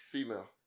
Female